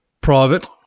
private